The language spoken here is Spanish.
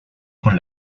con